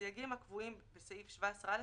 הסייגים הקבועים בסעיף 17א,